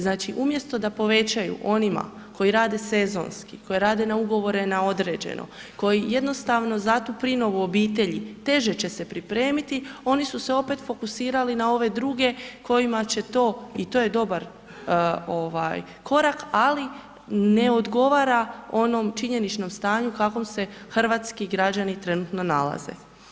Znači umjesto da povećaju onima koji rade sezonski, koji rade na ugovore na određeno, koji jednostavno za tu prinovu u obitelji teže će se pripremiti, oni su se opet fokusirali na ove druge kojima će to i to je dobar ovaj korak, ali ne odgovara onom činjeničnom stanju u kakvom se hrvatski građani trenutno nalaze.